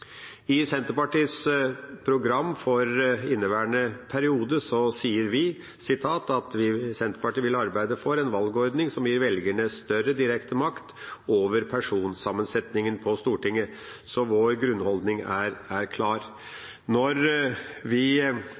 I Senterpartiets program for inneværende periode sier vi at Senterpartiet vil «arbeide for en valgordning som gir velgerne større direkte makt over personsammensetningen på Stortinget». Vår grunnholdning er klar. Når vi